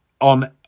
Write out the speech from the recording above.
On